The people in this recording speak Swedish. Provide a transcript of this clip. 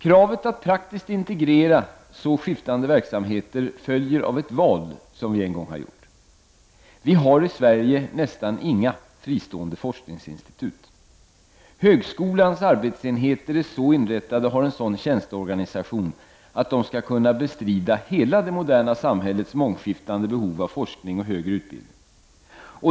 Kravet att praktiskt integrera så skiftande verksamheter följer av ett val som vi en gång har gjort. Vi har i Sverige nästan inga fristående forskningsinstitut. Högskolans arbetsenheter är så inrättade och har en sådan tjänsteorganisation att de skall kunna svara mot hela det moderna samhällets mångskiftande behov av forskning och högre utbildning.